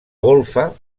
golfa